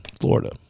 Florida